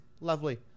lovely